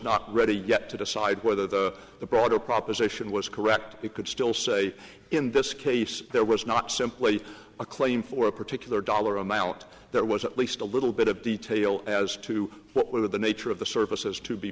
not ready yet to decide whether the the broader proposition was correct you could still say in this case there was not simply a claim for a particular dollar amount that was at least a little bit of detail as to what were the nature of the services to be